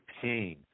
pain